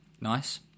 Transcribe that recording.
Nice